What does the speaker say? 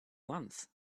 months